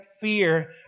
fear